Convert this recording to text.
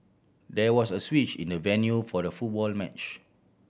there was a switch in the venue for the football match